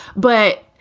but.